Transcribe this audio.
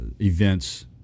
events